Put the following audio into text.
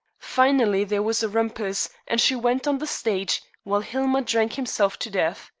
finally, there was a rumpus, and she went on the stage, while hillmer drank himself to death.